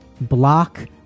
block